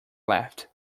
left